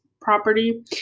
property